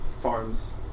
Farms